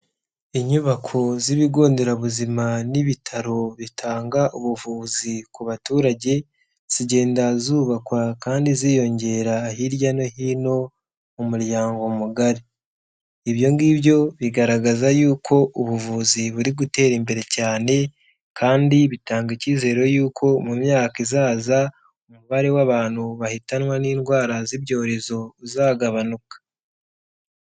Inyubako z'ibigo nderabuzima n'ibitaro bitanga ubuvuzi ku baturage zigenda zubakwa kandi ziyongera hirya no hino mu muryango mugari, ibyo ngibyo bigaragaza yuko ubuvuzi buri gutera imbere cyane kandi bitanga icyizere y'uko mu myaka izaza umubare w'abantu bahitanwa n'indwara z'ibyorezo uzagabanuka.